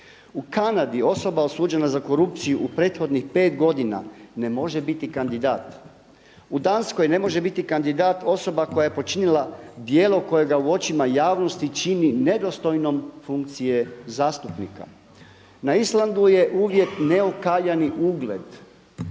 U Kanadi osoba osuđena za korupciju u prethodnih 5 godina ne može biti kandidat. U Danskoj ne može biti kandidat osoba koja je počinila djelo kojega u očima javnosti čini nedostojnom funkcije zastupnika. Na Islandu je uvijek neokaljani ugled